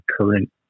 current